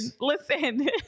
Listen